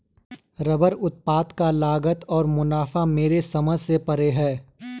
rubber उत्पाद का लागत और मुनाफा मेरे समझ से परे है